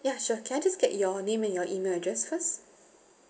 ya sure can I just get your name and your email address first